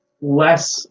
less